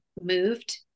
moved